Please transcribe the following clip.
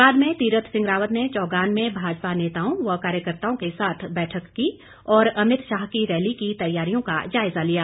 बाद में तीरथ सिंह रावत ने चौगान में भाजपा नेताओं व कार्यकर्ताओं के साथ बैठक की और अमित शाह की रैली की तैयारियों का जायजा लिया